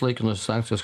laikinos sankcijos